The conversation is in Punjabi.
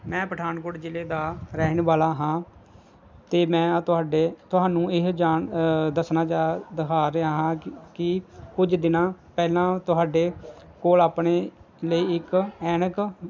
ਮੈਂ ਪਠਾਣਕੋਟ ਜ਼ਿਲ੍ਹੇ ਦਾ ਰਹਿਣ ਵਾਲਾ ਹਾਂ ਅਤੇ ਮੈਂ ਤੁਹਾਡੇ ਤੁਹਾਨੂੰ ਇਹ ਜਾਣ ਦੱਸਣਾ ਜਾਂ ਦਿਖਾ ਰਿਹਾ ਹਾਂ ਕਿ ਕੁਝ ਦਿਨਾਂ ਪਹਿਲਾਂ ਤੁਹਾਡੇ ਕੋਲ ਆਪਣੇ ਲਈ ਇੱਕ ਐਨਕ